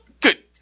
good